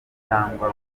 cyangwa